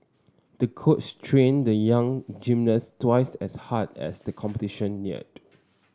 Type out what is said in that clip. the coach trained the young gymnast twice as hard as the competition neared